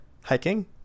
hiking